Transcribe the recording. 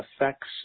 affects